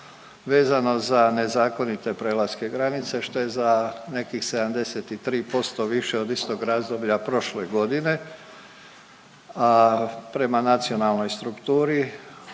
vezano za nezakonite prelaske granice, što je za nekih 73% više od istog razdoblja prošle godine, a prema nacionalnoj strukturi,